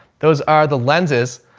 those are the lenses.